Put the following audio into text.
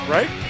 Right